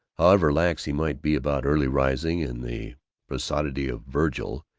however lax he might be about early rising and the prosody of vergil,